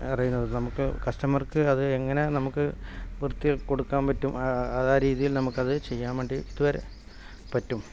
അറിയുന്നത് നമുക്ക് കസ്റ്റമർക്ക് അത് എങ്ങനെ നമുക്ക് വൃത്തി കൊടുക്കാൻ പറ്റും ആ രീതിയിൽ നമുക്കത് ചെയ്യാൻ വേണ്ടി ഇതുവരെ പറ്റും